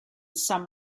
some